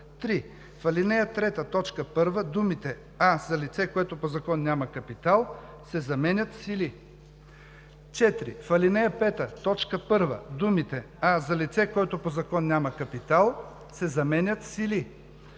3. В ал. 3, т. 1 думите „а за лице, което по закон няма капитал“ се заменят с „или“. 4. В ал. 5, т. 1 думите „а за лице, което по закон няма капитал“ се заменят с „или“.